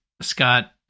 Scott